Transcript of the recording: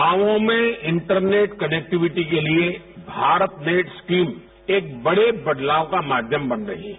गांवों में internet connectivity के लिए भारत नेट स्कीम एक बड़े बदलाव का माध्यम बन रही है